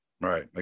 Right